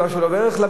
והערך לבן-אדם,